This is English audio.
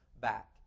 back